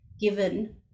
given